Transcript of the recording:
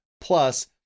Plus